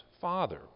Father